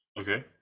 Okay